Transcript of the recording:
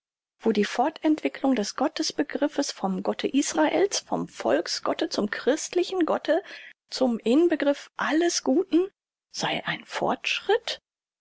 die fortentwicklung des gottesbegriffs vom gotte israels vom volksgotte zum christlichen gotte zum inbegriff alles guten sei ein fortschritt